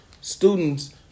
students